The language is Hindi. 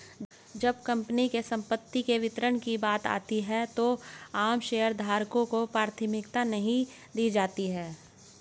जब कंपनी की संपत्ति के वितरण की बात आती है तो आम शेयरधारकों को प्राथमिकता नहीं दी जाती है